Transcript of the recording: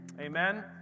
Amen